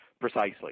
precisely